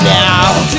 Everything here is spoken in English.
now